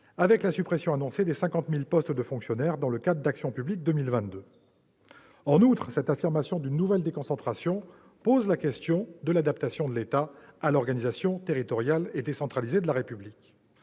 avec la suppression annoncée de 50 000 postes de fonctionnaires dans le cadre d'Action publique 2022. En outre, cette affirmation d'une nouvelle déconcentration pose la question de l'adaptation de l'État à l'organisation territoriale et décentralisée de la République,